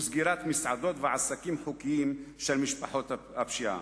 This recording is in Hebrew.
וסגירת מסעדות ועסקים חוקיים של משפחות הפשיעה.